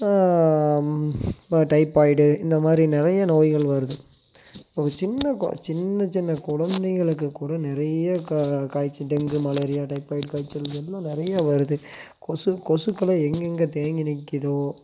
typhoid இந்த மாதிரி நிறைய நோய்கள் வருது ஒரு சின்ன கொ சின்ன சின்ன குழந்தைங்களுக்கு கூட நிறைய கா காய்ச்சல் டெங்கு மலேரியா டைபாய்டு காய்ச்சல் இதெல்லாம் நிறையா வருது கொசு கொசுக்களை எங்கெங்க தேங்கி நிற்கிதோ